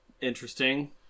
interesting